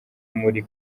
muri